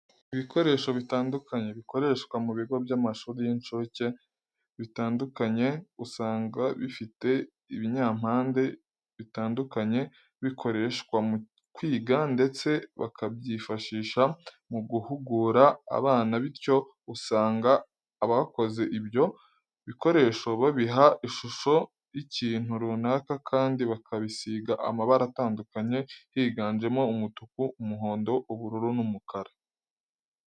Ibikoresho bitandukanye bikoreshwa mu bigo by'amashuri y'incucye bitandukanye usanga bifite ibinyampande bitandukanye bikoreshwa mu kwiga ndetse bakabyifashisha mu guhugura abana bityo usanga abakoze ibyo bikoresho babiha ishusho y'icyintu runaka kandi bakabisiga amabara atandukanye higanjemo umutuku, umuhondo, ubururu n'umukara.